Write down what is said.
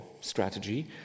strategy